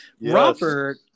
Robert